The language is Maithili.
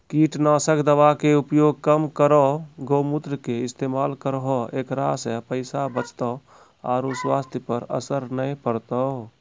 कीटनासक दवा के उपयोग कम करौं गौमूत्र के इस्तेमाल करहो ऐकरा से पैसा बचतौ आरु स्वाथ्य पर असर नैय परतौ?